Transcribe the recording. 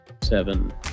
seven